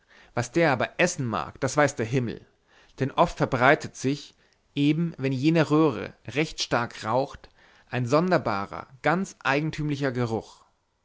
was der aber essen mag das weiß der himmel denn oft verbreitet sich eben wenn jene röhre recht stark raucht ein sonderbarer ganz eigentümlicher geruch